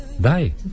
die